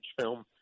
film